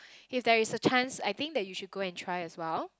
if there is a chance I think that you go and try as well